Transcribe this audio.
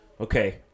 Okay